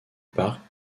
parc